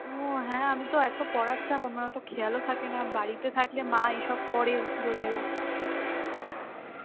ও হ্যাঁ আমি তো এতো পড়ার চাপ আমার ওটা খেয়ালও থাকে না বাড়িতে থাকলে মা এই সব করে যদিও